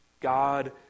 God